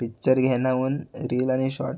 picture घेण्याहून reel आणि short